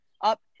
up